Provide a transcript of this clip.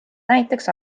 näiteks